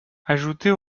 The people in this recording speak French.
ajouter